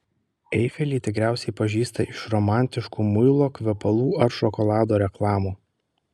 eifelį tikriausiai pažįsta iš romantiškų muilo kvepalų ar šokolado reklamų